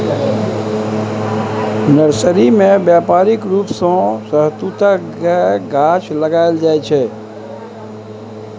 nursery मे बेपारिक रुप सँ शहतुतक गाछ लगाएल जाइ छै